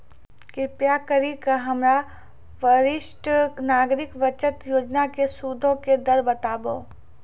कृपा करि के हमरा वरिष्ठ नागरिक बचत योजना के सूदो के दर बताबो